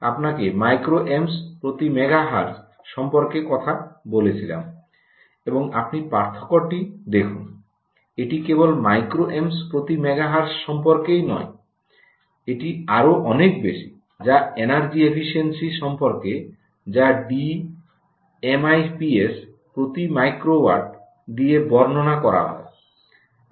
আমি আপনাকে micro amps 𝛍A প্রতি মেগাহের্টজ সম্পর্কে কথা বলেছিলাম এবং আপনি পার্থক্যটি দেখুন এটি কেবল মাইক্রো অ্যাম্পস 𝛍A প্রতি মেগাহের্টজ সম্পর্কে নয় এটি আরও অনেক বেশি যা এনার্জি এফিশিয়েন্সি সম্পর্কে যা ডি এমআইপিএস প্রতি মাইক্রোওয়াট দিয়ে বর্ণনা করা হয়